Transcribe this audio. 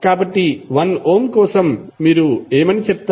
కాబట్టి 1 ఓం కోసం మీరు ఏమి చెబుతారు